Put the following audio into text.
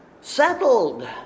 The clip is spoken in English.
settled